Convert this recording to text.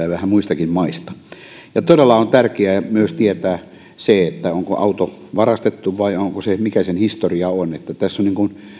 ja vähän muistakin maista meillekin tuodaan todella on tärkeää tietää myös se onko auto varastettu ja mikä sen historia on tässä on